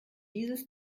dieses